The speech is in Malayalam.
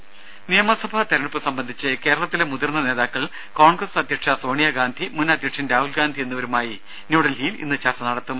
രംഭ നിയമസഭാ തെരഞ്ഞെടുപ്പ് സംബന്ധിച്ച് കേരളത്തിലെ മുതിർന്ന നേതാക്കൾ കോൺഗ്രസ് അധ്യക്ഷ സോണിയ ഗാന്ധി മുൻ അധ്യക്ഷൻ രാഹുൽ ഗാന്ധി എന്നിവരുമായി ന്യൂഡൽഹിയിൽ ഇന്ന് ചർച്ച നടത്തും